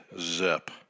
zip